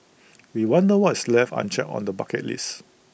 we wonder what is left unchecked on the bucket list